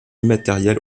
immatériel